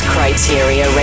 Criteria